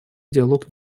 диалог